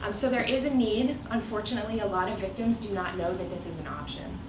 um so there is a need. unfortunately, a lot of victims do not know that this is an option.